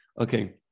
Okay